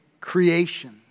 creation